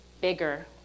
bigger